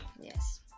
Yes